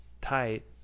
tight